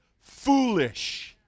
foolish